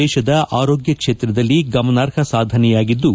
ದೇಶದ ಆರೋಗ್ಯ ಕ್ಷೇತ್ರದಲ್ಲಿ ಗಮನಾರ್ಹ ಸಾಧನೆಯಾಗಿದ್ದು